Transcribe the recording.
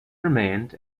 remained